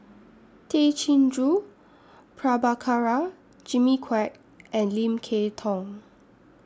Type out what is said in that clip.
Tay Chin Joo Prabhakara Jimmy Quek and Lim Kay Tong